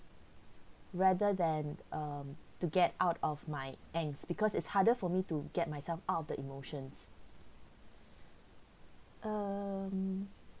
rather than um to get out of my angst because it's harder for me to get myself out of the emotions um